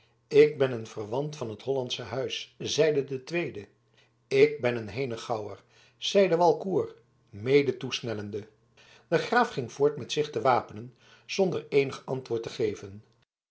ik ben een verwant van het hollandsche huis zeide de tweede ik ben een henegouwer zeide walcourt mede toesnellende de graaf ging voort met zich te wapenen zonder eenig antwoord te geven